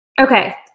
Okay